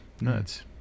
nuts